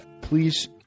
Please